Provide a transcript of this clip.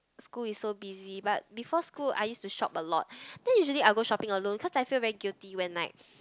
school is so busy but before school I used to shop a lot then usually I'll go shopping alone cause I feel very guilty when like